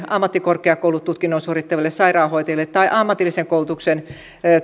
ammattikorkeakoulututkinnon suorittaville sairaanhoitajille tai ammatillisen koulutuksen